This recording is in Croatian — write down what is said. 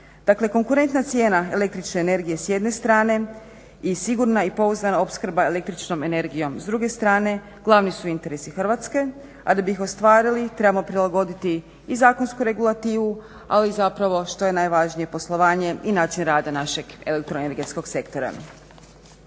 konkurentna cijena električne energije s jedne strane i sigurna i pouzdana opskrba električnom energijom s druge strane glavni su interesi Hrvatske, a da bi ih ostvarili trebamo prilagoditi i zakonsku regulativu, ali zapravo što je najvažnije poslovanje i način rada našeg elektroenergetskog sektora.